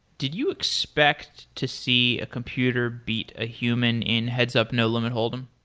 did you expect to see computer beat a human in heads-up no limit hold em?